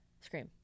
Scream